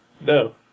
No